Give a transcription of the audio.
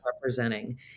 representing